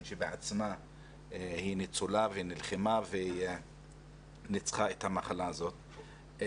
שבעצמה היא ניצולה ונלחמה וניצחה את המחלה הזאת.